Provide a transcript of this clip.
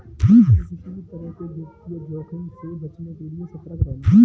तुम किसी भी तरह के वित्तीय जोखिम से बचने के लिए सतर्क रहना